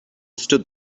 stood